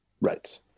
Right